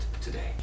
today